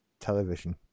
television